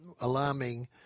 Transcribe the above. alarming